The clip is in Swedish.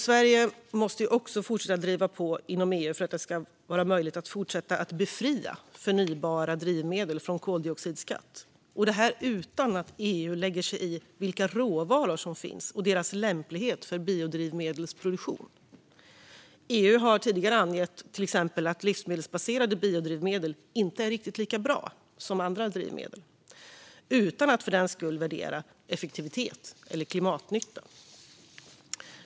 Sverige måste driva på inom EU för att det ska vara möjligt att fortsätta att befria förnybara drivmedel från koldioxidskatt, och detta utan att EU lägger sig i vilka råvaror som finns och deras lämplighet för biodrivmedelsproduktion. EU har tidigare angett att till exempel livsmedelsbaserade biodrivmedel inte är riktigt lika bra som andra, utan att för den skull värdera effektivitet eller klimatnytta.